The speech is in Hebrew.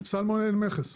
סלמון אין מכס,